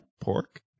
pork